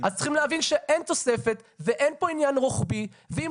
אז צריכים להבין שאין תוספת ואין פה עניין רוחבי ואם